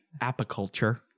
apiculture